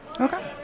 okay